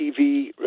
TV